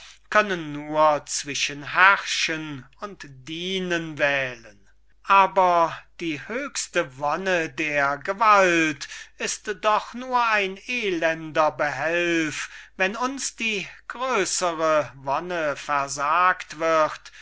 können nur zwischen herrschen und dienen wählen aber die höchste wonne der gewalt ist doch nur ein elender behelf wenn uns die größere wonne versagt wird